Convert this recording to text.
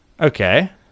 okay